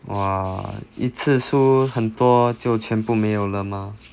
!wah! 一次输很多就全部没有了 mah